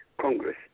Congress